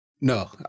No